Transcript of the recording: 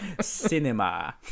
cinema